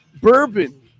bourbon